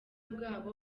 bwabo